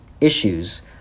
issues